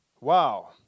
Wow